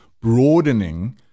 broadening